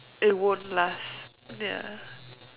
it won't last ya